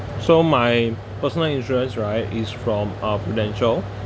so my personal insurance right is from uh Prudential